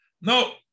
No